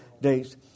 days